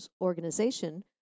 organization